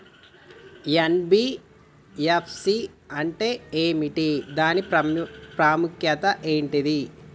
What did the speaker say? NBFC అంటే ఏమిటి దాని ప్రాముఖ్యత ఏంటిది?